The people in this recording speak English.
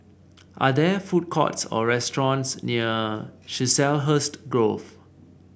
are there food courts or restaurants near Chiselhurst Grove